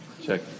check